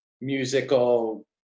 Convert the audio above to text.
musical